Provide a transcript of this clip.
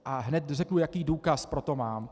A hned řeknu, jaký důkaz pro to mám.